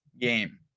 game